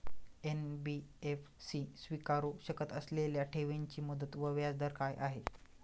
NBFC स्वीकारु शकत असलेल्या ठेवीची मुदत व व्याजदर काय आहे?